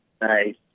Nice